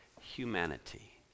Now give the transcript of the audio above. humanity